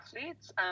athletes